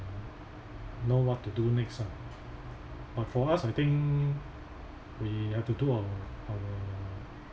uh know what to do next ah but for us I think we have to do our our